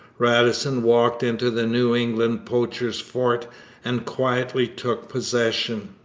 radisson walked into the new england poacher's fort and quietly took possession.